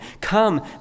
Come